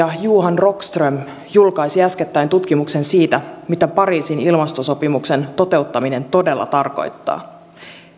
johan rockström julkaisi äskettäin tutkimuksen siitä mitä pariisin ilmastosopimuksen toteuttaminen todella tarkoittaa